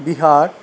Bihar